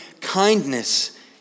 kindness